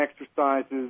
exercises